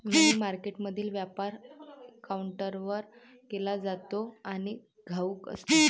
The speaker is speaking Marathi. मनी मार्केटमधील व्यापार काउंटरवर केला जातो आणि घाऊक असतो